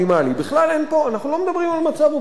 בכלל אנחנו לא מדברים על מצב אופטימלי,